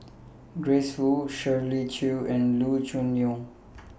Grace Fu Shirley Chew and Loo Choon Yong